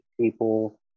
people